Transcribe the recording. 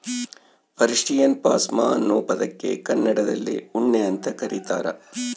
Persian ಪಾಷ್ಮಾ ಅನ್ನೋ ಪದಕ್ಕೆ ಕನ್ನಡದಲ್ಲಿ ಉಣ್ಣೆ ಅಂತ ಕರೀತಾರ